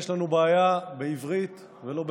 יש לנו בעיה" בעברית ולא באנגלית,